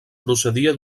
procedia